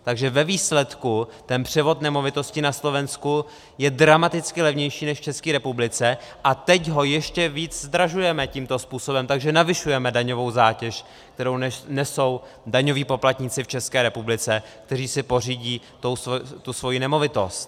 Takže ve výsledku ten převod nemovitosti na Slovensku je dramaticky levnější než v České republice a teď ho ještě víc zdražujeme tímto způsobem, takže navyšujeme daňovou zátěž, kterou nesou daňoví poplatníci v České republice, kteří si pořídí svoji nemovitost.